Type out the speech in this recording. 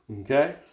Okay